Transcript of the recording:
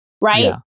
right